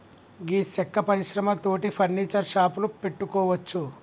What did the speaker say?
గీ సెక్క పరిశ్రమ తోటి ఫర్నీచర్ షాపులు పెట్టుకోవచ్చు